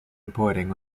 reporting